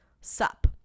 sup